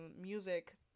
music